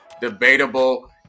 Debatable